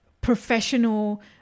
professional